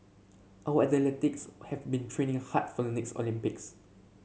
our athletes have been training hard for the next Olympics